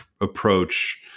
approach